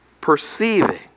Perceiving